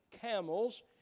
camels